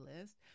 list